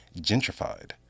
gentrified